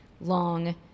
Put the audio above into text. long